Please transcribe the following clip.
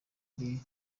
kuri